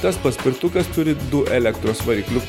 tas paspirtukas turi du elektros variklius